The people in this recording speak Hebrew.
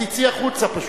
את תצאי החוצה פשוט.